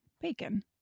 Bacon